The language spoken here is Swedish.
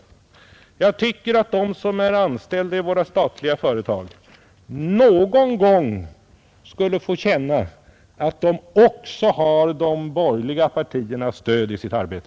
Jag tycker att de anställda i våra statliga företag någon gång borde få känna att de har också de borgerliga partiernas stöd i sitt arbete.